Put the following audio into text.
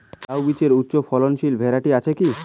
লাউ বীজের উচ্চ ফলনশীল ভ্যারাইটি আছে কী?